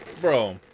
Bro